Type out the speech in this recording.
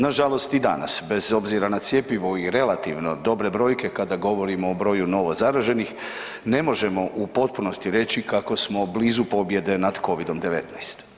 Nažalost i danas bez obzira na cjepivo i relativno dobre brojke kada govorimo o broju novo zaraženih ne možemo u potpunosti reći kako smo blizu pobjede nad Covidom-19.